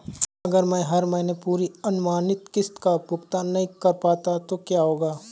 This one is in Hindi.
अगर मैं हर महीने पूरी अनुमानित किश्त का भुगतान नहीं कर पाता तो क्या होगा?